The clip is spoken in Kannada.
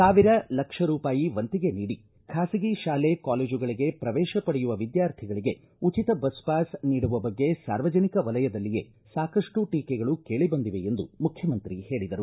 ಸಾವಿರ ಲಕ್ಷ ರೂಪಾಯಿ ವಂತಿಗೆ ನೀಡಿ ಖಾಸಗಿ ತಾಲೆ ಕಾಲೇಜುಗಳಿಗೆ ಪ್ರವೇಶ ಪಡೆಯುವ ವಿದ್ದಾರ್ಥಿಗಳಿಗೆ ಉಚಿತ ಬಸ್ ಪಾಸ್ ನೀಡುವ ಬಗ್ಗೆ ಸಾರ್ವಜನಿಕ ವಲಯದಲ್ಲಿಯೇ ಸಾಕಷ್ಟು ಟೀಕೆಗಳು ಕೇಳಿ ಬಂದಿವೆ ಎಂದು ಮುಖ್ಯಮಂತ್ರಿ ಹೇಳಿದರು